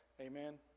amen